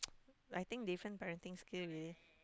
I think different parenting skill